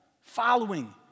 following